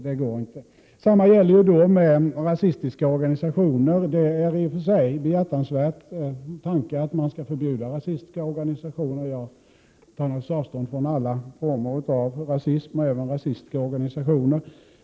Detsamma gäller rasistiska organisationer. Det är en i och för sig behjärtansvärd tanke att man skall förbjuda rasistiska organisationer. Jag tar naturligtvis avstånd från alla former av rasism och även rasistiska organisationer.